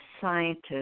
scientists